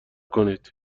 کنید